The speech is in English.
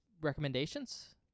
recommendations